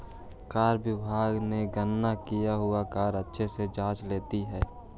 कर विभाग ने गणना किया हुआ कर अच्छे से जांच लेली हे